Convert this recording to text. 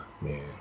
man